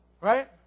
right